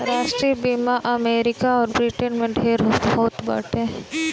राष्ट्रीय बीमा अमरीका अउर ब्रिटेन में ढेर होत बाटे